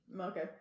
Okay